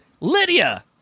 Lydia